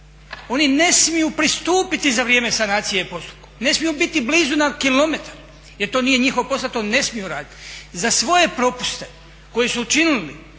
Oni ne smiju pristupiti za vrijeme sanacije postupku, ne smiju biti blizu na kilometar jer to nije njihov posao, to ne smiju raditi. Za svoje propuste koje su učinili